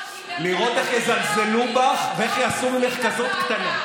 לראות איך יזלזלו בך ואיך יעשו ממך כזאת קטנה.